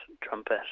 trumpet